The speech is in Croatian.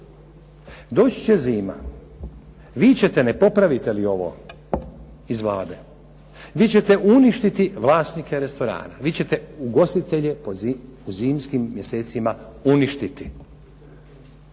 Doći će zima. Vi ćete, ne popravite li ovo iz Vlade, vi ćete uništiti vlasnike restorana. Vi ćete ugostitelje u zimskim mjesecima uništiti.